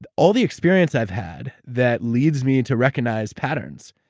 but all the experience i've had that leads me to recognize patterns,